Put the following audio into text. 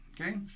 okay